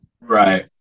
Right